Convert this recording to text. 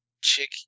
chick